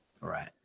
Right